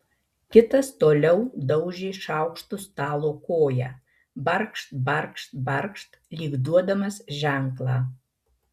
kitas toliau daužė šaukštu stalo koją barkšt barkšt barkšt lyg duodamas ženklą